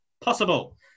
possible